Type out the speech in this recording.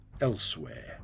elsewhere